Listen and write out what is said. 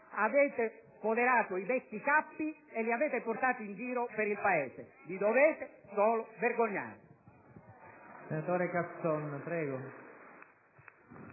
avete sfoderato i vecchi cappi e li avete portati in giro per il Paese: vi dovete solo vergognare!